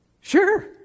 Sure